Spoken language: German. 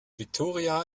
victoria